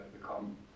bekommen